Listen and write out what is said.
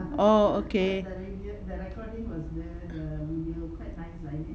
oh okay